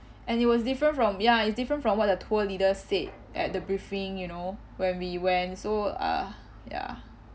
and it was different from ya it's different from what the tour leader said at the briefing you know when we went so uh ya